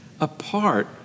apart